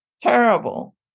terrible